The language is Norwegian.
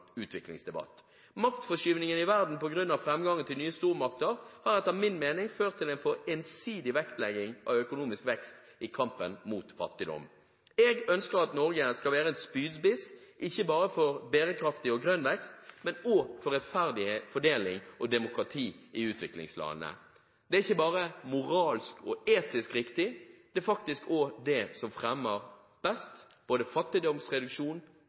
Maktforskyvningen i verden på grunn av framgangen til nye stormakter har etter min mening ført til en for ensidig vektlegging av økonomisk vekst i kampen mot fattigdom. Jeg ønsker at Norge skal være en spydspiss, ikke bare for bærekraftig og grønn vekst, men også for en rettferdigere fordeling og for demokrati i utviklingslandene. Det er ikke bare moralsk og etisk riktig; det er faktisk også det som best fremmer både fattigdomsreduksjon